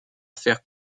faire